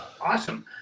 awesome